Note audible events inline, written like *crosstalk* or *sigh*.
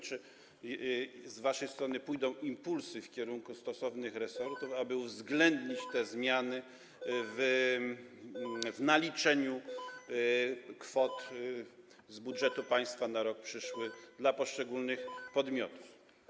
Czy z waszej strony pójdą impulsy do stosownych resortów, *noise* aby uwzględnić te zmiany w naliczaniu kwot z budżetu państwa na rok przyszły dla poszczególnych podmiotów?